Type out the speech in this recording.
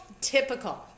typical